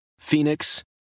Phoenix